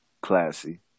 classy